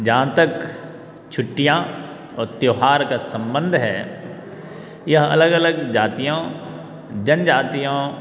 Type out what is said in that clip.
जहाँ तक छुट्टियाँ और त्यौहार का सम्बंध है यह अलग अलग जातियों जनजातियों